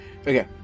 Okay